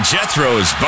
Jethro's